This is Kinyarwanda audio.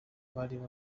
bari